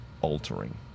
altering